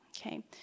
Okay